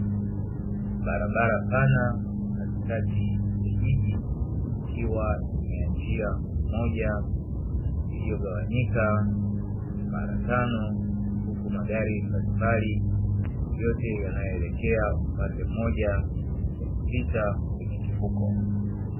Barabara pana katikati ya jiji ikiwa ni ya njia moja iliyogawanyika mara tano, huku magari mbalimbali yote yanayoelekea upande mmoja yakipita kwenye kivuko.